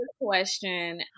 question